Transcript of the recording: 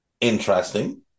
interesting